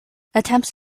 attempts